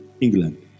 England